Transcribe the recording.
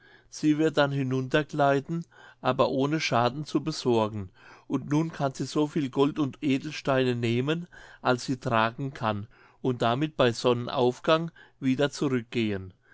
sie wird dann hinuntergleiten aber ohne schaden zu besorgen und nun kann sie so viel gold und edelsteine nehmen als sie tragen kann und damit bei sonnenaufgang wieder zurückgehen